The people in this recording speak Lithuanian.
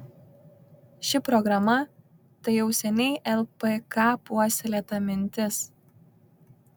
ši programa tai jau seniai lpk puoselėta mintis